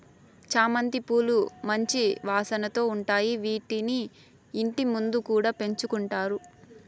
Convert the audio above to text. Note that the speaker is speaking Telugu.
చామంతి పూలు మంచి వాసనతో ఉంటాయి, వీటిని ఇంటి ముందు కూడా పెంచుకుంటారు